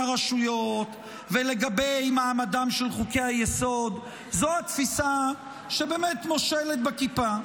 הרשויות ולגבי מעמדם של חוקי-היסוד זו התפיסה שבאמת מושלת בכיפה.